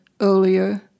earlier